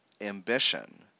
ambition